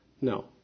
No